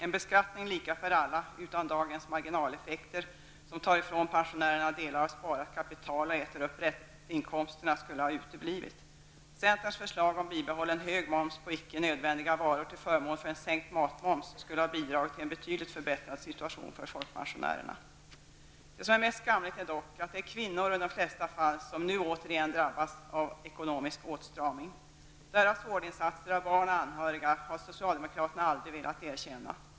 En beskattning lika för alla utan dagens marginaleffekter, som tar ifrån pensionären, delar av sparat kapital och äter upp ränteinkomsterna, skulle ha uteblivit. Centerns förslag om bibehållen hög moms på icke nödvändiga varor till förmån för en sänkt matmoms skulle ha bidragit till en betydligt förbättrad situation för folkpensionärerna. Det som är mest skamligt är dock att det är kvinnor som i de flesta fall nu återigen drabbas av ekonomisk åtstramning. Deras insatser för vård av barn och anhöriga har socialdemokraterna aldrig velat erkänna.